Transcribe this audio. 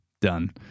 Done